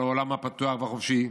על העולם הפתוח והחופשי,